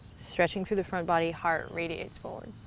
stretching through the front body, heart radiates forward.